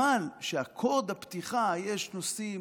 אבל אקורד הפתיחה, יש נושאים